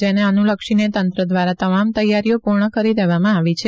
જેને અનુલક્ષીને તંત્ર દ્વારા તમામ તૈયારીઓ પૂર્ણ કરી દેવામાં આવી છે